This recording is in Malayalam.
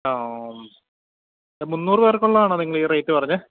ആ മുന്നൂറ് പേർക്ക് ഉള്ളതാണോ നിങ്ങൾ ഈ റേറ്റ് പറഞ്ഞത്